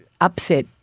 upset